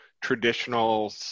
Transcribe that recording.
traditional